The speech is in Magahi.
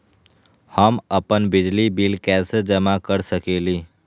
हम अपन बिजली बिल कैसे जमा कर सकेली?